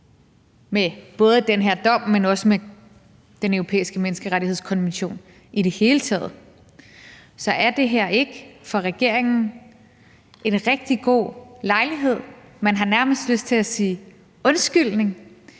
med både den her dom, men også med Den Europæiske Menneskerettighedskonvention i det hele taget. Så er det her ikke for regeringen en rigtig god lejlighed til – man har nærmest lyst til at sige undskyldning